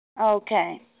Okay